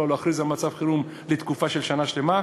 להכריז על מצב חירום לתקופה של שנה שלמה.